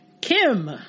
Kim